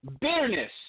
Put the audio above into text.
Bitterness